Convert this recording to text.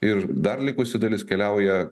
ir dar likusi dalis keliauja